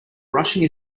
brushing